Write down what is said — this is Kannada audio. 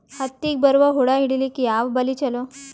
ಹತ್ತಿಗ ಬರುವ ಹುಳ ಹಿಡೀಲಿಕ ಯಾವ ಬಲಿ ಚಲೋ?